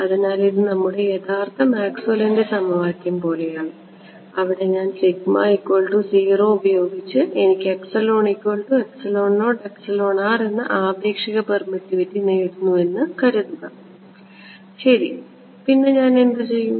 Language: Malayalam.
അതിനാൽ ഇത് നമ്മുടെ യഥാർത്ഥ മാക്സ്വെല്ലിന്റെ സമവാക്യം പോലെയാണ് അവിടെ ഞാൻ ഉപയോഗിച്ച് എനിക്ക് എന്ന ആപേക്ഷിക പെർമിറ്റിവിറ്റി നേടുന്നുവെന്ന് കരുതുക ശരി പിന്നെ ഞാൻ എന്തുചെയ്യും